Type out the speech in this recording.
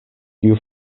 kiu